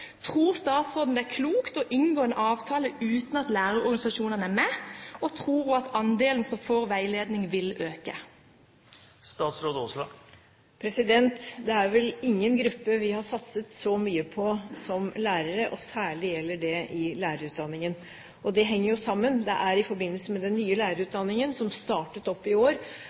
Tror statsråden det er klokt å inngå en avtale uten at lærerorganisasjonene er med? Og tror hun at andelen som får veiledning, vil øke? Det er vel ingen gruppe vi har satset så mye på som lærerne. Særlig gjelder det i lærerutdanningen, og det henger sammen med den nye lærerutdanningen, som startet opp i år,